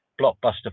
blockbuster